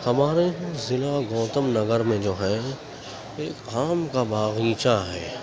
ہمارے ضلع گوتم نگر میں جو ہے ایک آم کا باغیچہ ہے